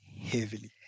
Heavily